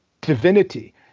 divinity